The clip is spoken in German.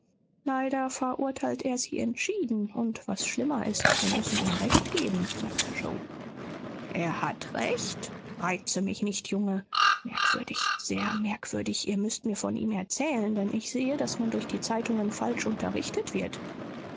leider verurteilt er sie entschieden und was schlimmer ist wir müssen ihm recht geben sagte yoe er hat recht reize mich nicht junge merkwürdig sehr merkwürdig ihr müßt mir von ihm erzählen denn ich sehe daß man durch die zeitungen falsch unterrichtet wird